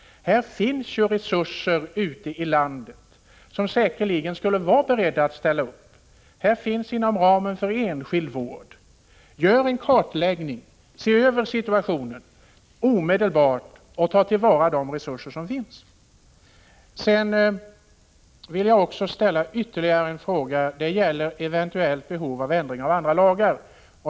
Det finns ju resurser ute i landet, som säkerligen skulle vara beredda att ställa upp. Här finns resurser inom ramen för enskild vård. Gör en kartläggning, se över situationen omedelbart och ta till vara de resurser som finns! Sedan vill jag ställa ytterligare en fråga. Den gäller det eventuella behovet av ändringar i andra lagar.